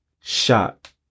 shot